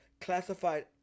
classified